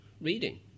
reading